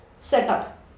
setup